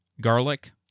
Garlic